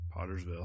Pottersville